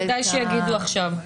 שיגידו עכשיו.